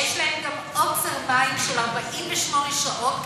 יש להם גם עוצר מים של 48 שעות.